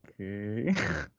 Okay